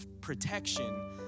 protection